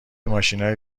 ماشینای